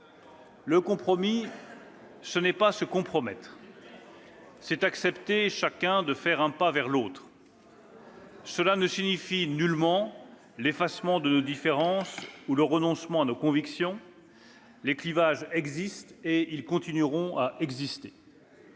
des compromis, ce n'est pas se compromettre. C'est accepter, chacun, de faire un pas vers l'autre. Cela ne signifie nullement l'effacement de nos différences ou le renoncement à nos convictions. Les clivages existent, et ils continueront d'exister.